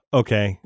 okay